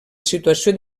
situació